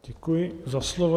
Děkuji za slovo.